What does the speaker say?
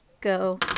go